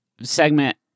segment